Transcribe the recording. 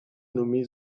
nommé